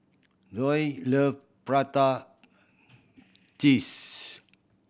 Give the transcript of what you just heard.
Zoey love prata cheese